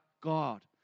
God